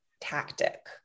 tactic